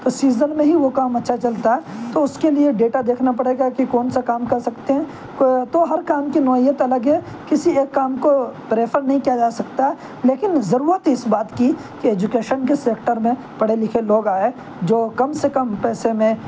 تو سیزن میں ہی وہ کام اچھا چلتا تو اس کے لیے ڈیٹا دیکھنا پڑے گا کہ کون سا کام کر سکتے ہیں تو ہر کام کی نوعیت الگ ہے کسی ایک کام کو پریفر نہیں کیا جا سکتا لیکن ضرورت اس بات کی کہ ایجوکیشن کے سیکٹر میں پڑھے لکھے لوگ آئیں جو کم سے کم پیسے میں